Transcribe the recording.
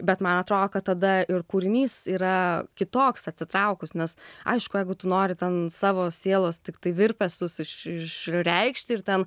bet man atrodo kad tada ir kūrinys yra kitoks atsitraukus nes aišku jeigu tu nori ten savo sielos tiktai virpesius iš išreikšti ir ten